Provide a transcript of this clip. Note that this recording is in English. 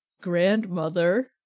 Grandmother